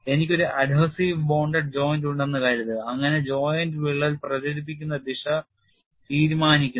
എനിക്ക് ഒരു adhesive bonded joint ഉണ്ടെന്ന് കരുതുക അങ്ങനെ ജോയിന്റ് വിള്ളൽ പ്രചരിപ്പിക്കുന്ന ദിശ തീരുമാനിക്കുന്നു